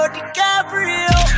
DiCaprio